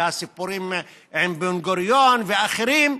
והסיפורים על בן-גוריון ואחרים,